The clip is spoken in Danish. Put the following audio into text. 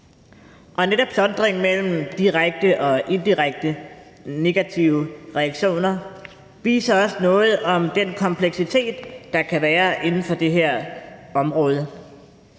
Og netop sondringen mellem direkte og indirekte negative reaktioner viser også noget om den kompleksitet, der kan være inden for det her område.